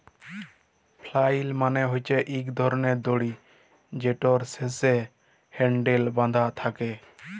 flail মালে হছে ইক ধরলের দড়ি যেটর শেষে হ্যালডেল বাঁধা থ্যাকে